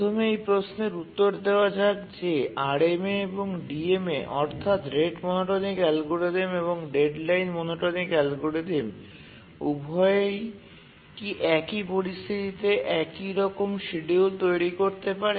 প্রথমে এই প্রশ্নের উত্তর দেওয়া যাক যে RMA এবং DMA অর্থাৎ রেট মনোটোনিক অ্যালগরিদম এবং ডেডলাইন মনোটোনিক অ্যালগরিদম উভয়েই কি একই পরিস্থিতিতে একইরকম শিডিউল তৈরি করতে পারে